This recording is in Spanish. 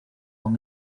con